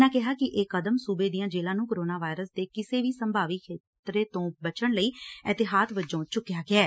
ਉਨ੍ਹਾਂ ਕਿਹਾ ਕਿ ਇਹ ਕਦਮ ਸੁਬੇ ਦੀਆਂ ਜੇਲਾਂ ਨੂੰ ਕੋਰੋਨਾਵਾਇਰਸ ਦੇ ਕਿਸੇ ਵੀ ਸੰਭਾਵੀ ਖਤਰੇ ਤੋਂ ਬਚਣ ਲਈ ਇਹਤਿਆਤ ਵਜੋਂ ਚੁੱਕਿਆ ਗਿਆ ਐ